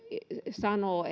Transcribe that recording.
sanoo